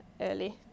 early